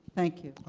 thank you.